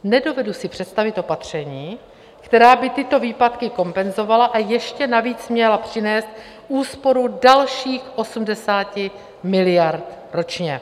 Nedovedu si představit opatření, která by tyto výpadky kompenzovala, a ještě navíc měla přinést úsporu dalších 80 miliard ročně.